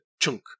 chunk